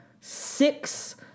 Six